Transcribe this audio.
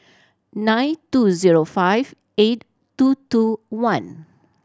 nine two zero five eight two two one